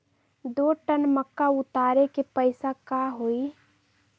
दो टन मक्का उतारे के पैसा का होई?